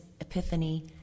epiphany